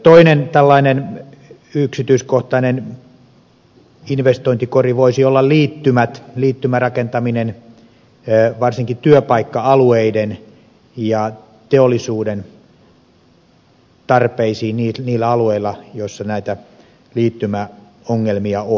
toinen tällainen yksityiskohtainen investointikori voisi olla liittymät liittymärakentaminen varsinkin työpaikka alueiden ja teollisuuden tarpeisiin niillä alueilla joissa näitä liittymäongelmia on